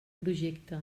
projecte